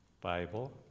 Bible